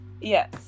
Yes